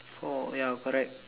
four ya correct